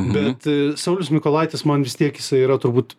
bet saulius mykolaitis man vis tiek jisai yra turbūt